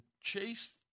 chase